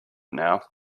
now